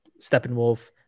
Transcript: Steppenwolf